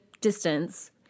distance